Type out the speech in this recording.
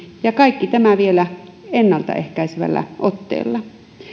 ja kaikki tämä vielä ennaltaehkäisevällä otteella